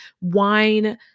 wine